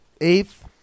Eighth